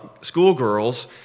schoolgirls